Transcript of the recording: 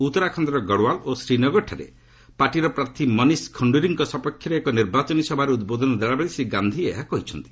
ଉଉରାଖଣ୍ଡର ଗଡ଼ୱାଲ୍ ଓ ଶ୍ରୀନଗରଠାରେ ପାର୍ଟିର ପ୍ରାର୍ଥୀ ମନିଶ ଖଣ୍ଡୁରୀଙ୍କ ସପକ୍ଷରେ ଏକ ନିର୍ବାଚନୀ ସଭାରେ ଉଦ୍ବୋଧନ ଦେଲାବେଳେ ଶ୍ରୀ ଗାନ୍ଧି ଏହା କହିଛନ୍ତି